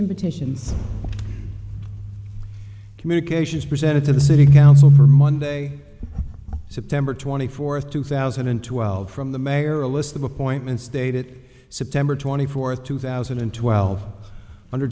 petitions communications presented to the city council for monday september twenty fourth two thousand and twelve from the mayor a list of appointments dated september twenty fourth two thousand and twelve under